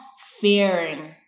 fearing